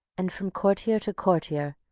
and from courtier to courtier,